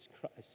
Christ